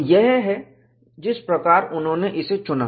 तो यह है जिस प्रकार उन्होंने इसे चुना